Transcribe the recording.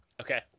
Okay